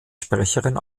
sprecherin